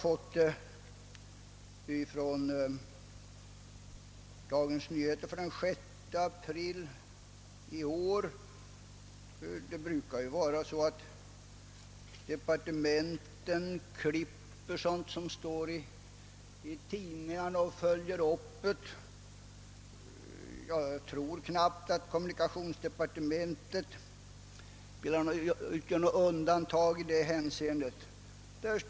Det är från Dagens Nyheter för den 6 april i år. Departementen brukar klippa sådant som står i tidningarna och följa upp ärendena. Jag tror knappt att kommunikationsdepartementet utgör något undantag i detta hänseende.